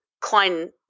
Klein